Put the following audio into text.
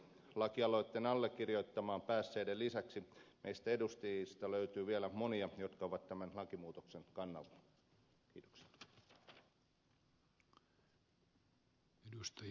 lakialoitteen allekirjoittamaan päässeiden lisäksi meistä edustajista löytyy vielä monia jotka ovat tämän lakimuutoksen kannalla